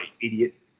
idiot